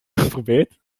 geprobeerd